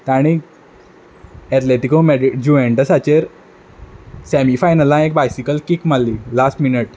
ताणें Atletico Madrid जुवँटसाचेर semi फायनला एक बायसिकल कीक माल्ली लास मिनट